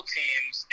teams